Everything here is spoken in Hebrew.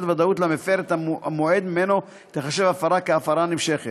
ודאות למפר את המועד שממנו תיחשב הפרה להפרה נמשכת.